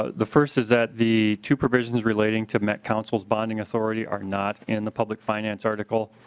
ah the first is that the two provisions relating to met council's bonding authority are not in the public finance article.